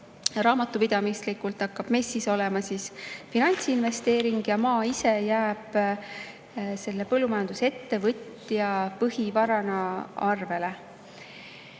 Raamatupidamislikult hakkab MES‑is olema finantsinvesteering ja maa ise jääb selle põllumajandusettevõtja põhivarana arvele.